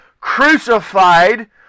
crucified